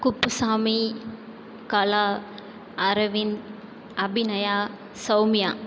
Kuppusamy Kala Aravind Abhinaya Soumya